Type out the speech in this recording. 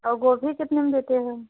और गोभी कितने में देते हैं